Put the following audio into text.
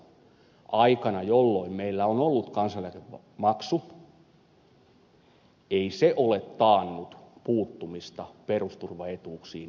toisaalta aikana jolloin meillä on ollut kansaneläkemaksu ei se ole taannut puuttumista perusturvaetuuksiin ja niiden tasoon